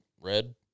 red